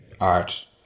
art